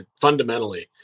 fundamentally